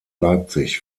leipzig